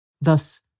Thus